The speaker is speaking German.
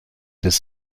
des